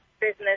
business